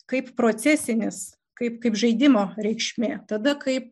kaip procesinis kaip kaip žaidimo reikšmė tada kaip